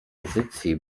pozycji